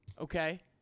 okay